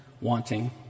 wanting